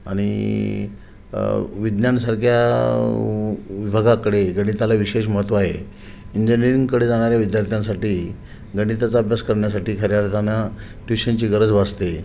आणि विज्ञानासारख्या विभागाकडे गणिताला विशेष महत्त्व आहे इंजिनिअरींगकडे जाणाऱ्या विद्यार्थ्यांसाठी गणिताचा अभ्यास करण्यासाठी खऱ्या अर्थानं ट्यूशनची गरज भासते